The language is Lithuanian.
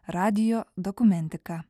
radijo dokumentika